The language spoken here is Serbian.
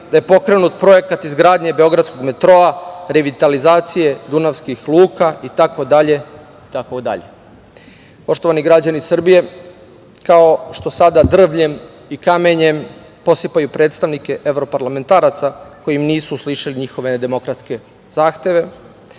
da je pokrenut projekat izgradnje beogradskog metroa, revitalizacije dunavskih luka, itd, itd. Poštovani građani Srbije, kao što sada drvljem i kamenjem posipaju predstavnike evroparlamentaraca koji im nisu uslišili njihove demokratske zahteve,